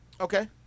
Okay